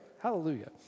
Hallelujah